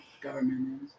government